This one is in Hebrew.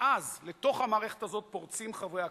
ואז לתוך המערכת הזאת פורצים חברי הכנסת,